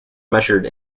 measured